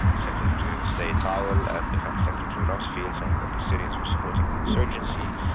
secretary of state powell and defence secretary rumsfeld, saying that the syrians were supporting the insurgency.